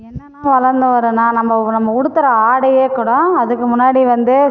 என்னன்ன வளர்ந்து வருதுனா நம்ம நம்ம உடுத்துற ஆடையே கூட அதுக்கு முன்னாடி வந்து